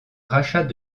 rachat